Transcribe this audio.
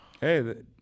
Hey